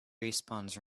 respawns